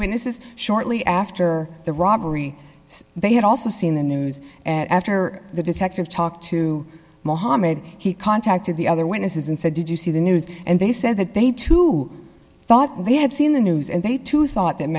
witnesses shortly after the robbery they had also seen the news and after the detective talked to mohamed he contacted the other witnesses and said did you see the news and they said that they too thought they had seen the news and they too thought th